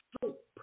Soap